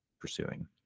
pursuing